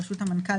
בראשות המנכ"ל,